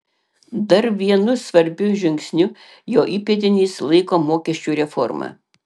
dar vienu svarbiu žingsniu jo įpėdinis laiko mokesčių reformą